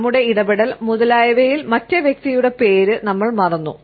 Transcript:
നമ്മുടെ ഇടപെടൽ മുതലായവയിൽ മറ്റേ വ്യക്തിയുടെ പേര് നമ്മൾ മറന്നു